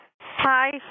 Hi